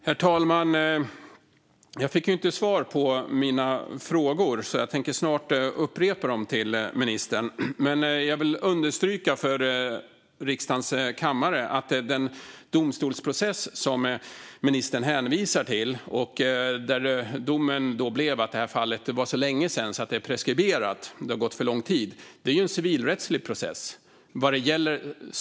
Herr talman! Jag fick inte svar på mina frågor, så jag tänker snart upprepa dem till ministern. Jag vill understryka för riksdagens kammare att den domstolsprocess som ministern hänvisar till, och där domen blev att fallet preskriberades för att det gått så lång tid, var en civilrättslig process.